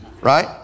right